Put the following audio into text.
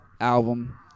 album